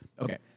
Okay